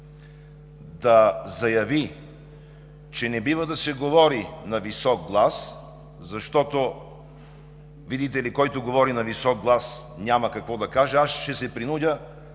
да заяви, че не бива да се говори на висок глас, защото, видите ли, който говори на висок глас, няма какво да каже, аз ще се принудя